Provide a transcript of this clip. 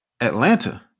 Atlanta